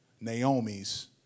Naomi's